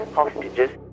hostages